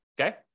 okay